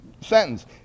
sentence